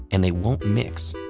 and they won't mix.